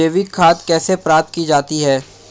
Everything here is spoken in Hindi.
जैविक खाद कैसे प्राप्त की जाती है?